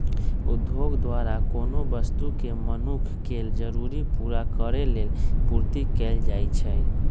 उद्योग द्वारा कोनो वस्तु के मनुख के जरूरी पूरा करेलेल पूर्ति कएल जाइछइ